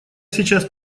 сейчас